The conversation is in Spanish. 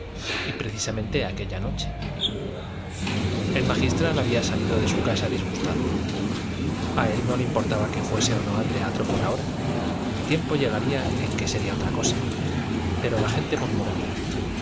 y precisamente aquella noche el magistral había salido de su casa disgustado a él no le importaba que fuese o no al teatro por ahora tiempo llegaría en que sería otra cosa pero la gente